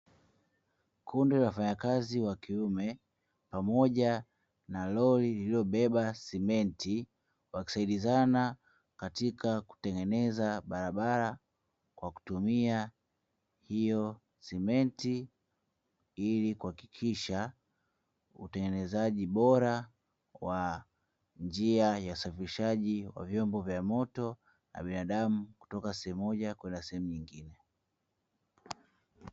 Kundi la wafanyakazi wa kiume pamoja na lori lililobeba simenti wakisaidizana katika kutengeneza barabara kwa kutumia hio simenti, ili kuhakikisha utengenezaji bora wa njia ya usafirishaji wa vyombo vya moto na binadamu kutoka sehemu moja kwenda sehemu nyingine.